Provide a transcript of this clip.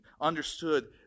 understood